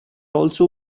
also